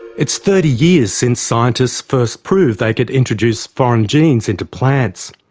it's thirty years since scientists first proved they could introduce foreign genes into plants,